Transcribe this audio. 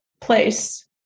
place